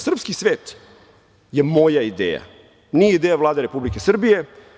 Srpski svet je moja ideja, nije ideja Vlade Republike Srbije.